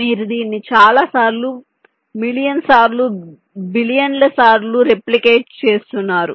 మీరు దీన్ని చాలాసార్లు మిలియన్ సార్లు బిలియన్ల సార్లు రెప్లికేట్ చే స్తున్నారు